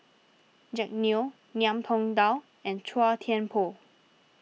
Jack Neo Ngiam Tong Dow and Chua Thian Poh